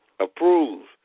Approve